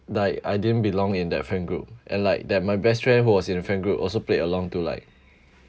like I didn't belong in that friend group and like that my best friend who was in friend group also played along to like